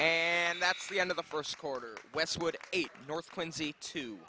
and that's the end of the first quarter westwood eight north